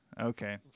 Okay